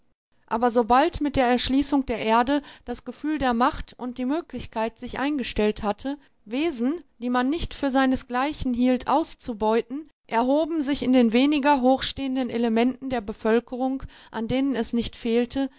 aber sobald mit der erschließung der erde das gefühl der macht und die möglichkeit sich eingestellt hatte wesen die man nicht für seinesgleichen hielt auszubeuten erhoben sich in den weniger hochstehenden elementen der bevölkerung an denen es nicht fehlte